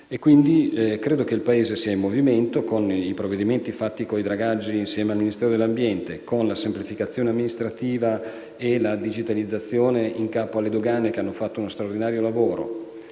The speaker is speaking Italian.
Nord. Credo che il Paese sia in movimento, con i provvedimenti sui dragaggi, fatti insieme al Ministero dell'ambiente, con la semplificazione amministrativa e la digitalizzazione in capo alle dogane, che hanno fatto uno straordinario lavoro,